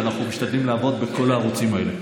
אנחנו משתדלים לעבוד בכל הערוצים האלה.